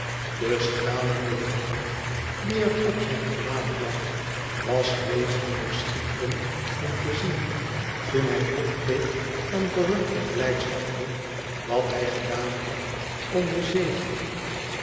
de stralende triomf die er op zijn gelaat lag was wezenlijk schitterend om te zien toen hij opkeek en verrukt van blijdschap vroeg wat hij ge daan had om den zegen